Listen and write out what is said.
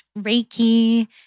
Reiki